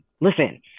listen